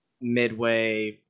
midway